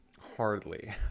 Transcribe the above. Hardly